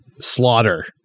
slaughter